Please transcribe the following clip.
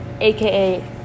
aka